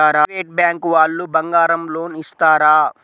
Private bank వాళ్ళు బంగారం loan ఇస్తారా?